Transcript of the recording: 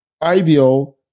IBO